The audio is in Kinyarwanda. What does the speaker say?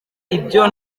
ibyo